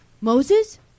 Moses